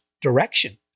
direction